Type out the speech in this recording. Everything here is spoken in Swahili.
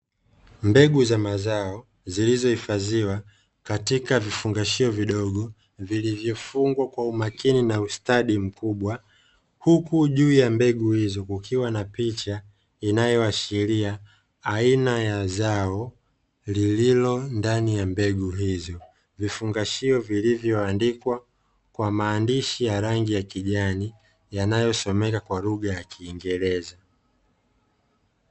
Mbegu za mazao zilizohifadhiwa katika vifungashio vidogo, vilivyofungwa kwa umakini na ustadi mkubwa, huku juu ya mbegu hizo kukiwa na picha inaoashiria aina ya zao lililo ndani ya mbegu hizo, vifungashio vilivyoandikwa kwa maandishi ya rangi ya kijani yanayosomeka kwa lugha ya kingereza.